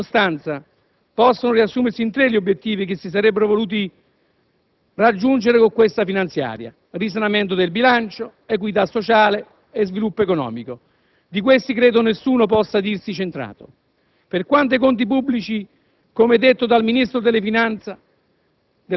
In sostanza, possono riassumersi in tre gli obiettivi che si sarebbero voluti raggiungere con questa finanziaria: risanamento del bilancio, equità sociale e sviluppo economico. Di questi credo nessun possa dirsi centrato. Per quanto riguarda i conti pubblici - come detto dal Ministro dell'economia